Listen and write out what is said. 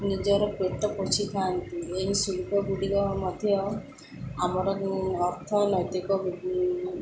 ନିଜର ପେଟ ପୋଷିଥାନ୍ତି ଏହି ଶିଳ୍ପ ଗୁଡ଼ିକ ମଧ୍ୟ ଆମର ଅର୍ଥନୈତିକ